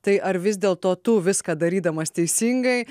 tai ar vis dėlto tu viską darydamas teisingai